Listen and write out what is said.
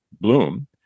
bloom